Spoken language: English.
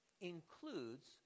includes